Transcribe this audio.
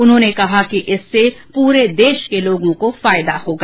उन्होंने कहा कि इससे पूरे देश के लोगों को फायदा होगा